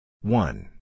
One